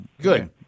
Good